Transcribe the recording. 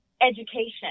education